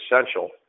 essential